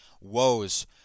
woes